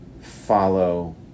follow